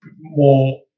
more